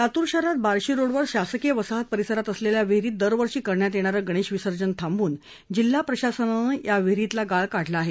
लातूर शहरात बार्शी रोडवर शासकीय वसाहत परिसरात असलेल्या विहिरीमध्ये दरवर्षी करण्यात येणारे गणेश विसर्जन थांबवून जिल्हा प्रशासनाने या विहिरीतील गाळ काढला आहे